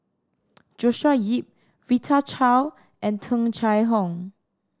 Joshua Ip Rita Chao and Tung Chye Hong